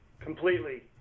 completely